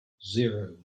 zero